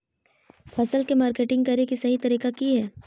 फसल के मार्केटिंग करें कि सही तरीका की हय?